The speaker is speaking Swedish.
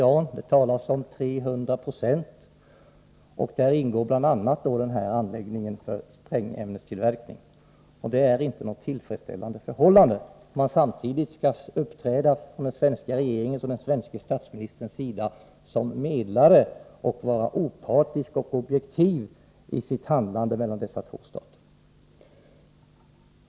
Det talas om 300 26, och där ingår bl.a. den här anläggningen för sprängämnestillverkning. Det är inte något tillfredsställande förhållande — om den svenska regeringen och den svenska statsministern samtidigt skall uppträda som medlare och vara opartiska och objektiva i sitt handlande vad gäller dessa två stater.